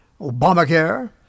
Obamacare